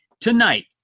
tonight